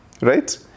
Right